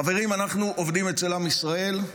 חברים, אנחנו עובדים אצל עם ישראל.